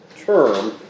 term